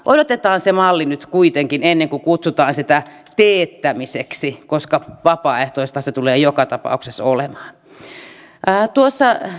odotetaan se malli nyt kuitenkin ennen kuin kutsutaan sitä teettämiseksi koska vapaaehtoista se tulee joka tapauksessa olemaan